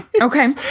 Okay